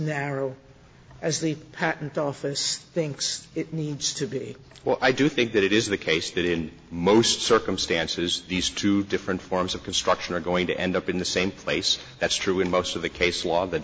narrow as the patent office thinks it needs to be well i do think that it is the case that in most circumstances these two different forms of construction are going to end up in the same place that's true in most of the case law the